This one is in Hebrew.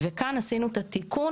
וכאן עשינו את התיקון,